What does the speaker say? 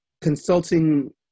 consulting